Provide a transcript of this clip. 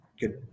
good